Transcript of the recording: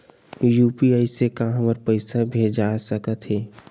UPI से का हमर पईसा भेजा सकत हे?